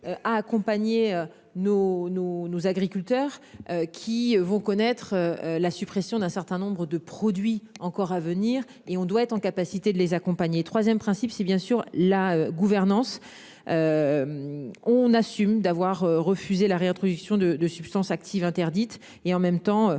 à accompagner nos nos nos agriculteurs qui vont connaître la suppression d'un certain nombre de produits encore à venir et on doit être en capacité de les accompagner 3ème principe c'est bien sûr la gouvernance. On assume d'avoir refusé la réintroduction de de substances actives interdites et en même temps